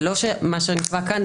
זה לא שמה שנקבע כאן,